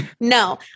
No